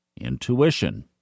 intuition